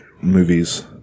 movies